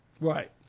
Right